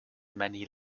many